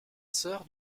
sœur